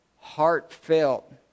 heartfelt